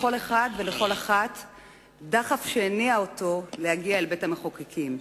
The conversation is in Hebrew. לכל אחד ולכל אחת דחף שהניע אותו להגיע אל בית-המחוקקים.